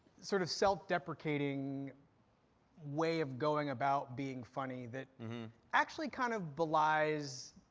sort of self-deprecating way of going about being funny, that actually kind of belies